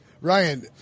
Ryan